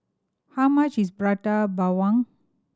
how much is Prata Bawang